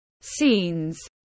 scenes